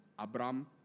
Abraham